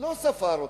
הוא לא ספר אותם.